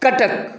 Cuttack